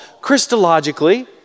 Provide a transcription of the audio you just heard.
Christologically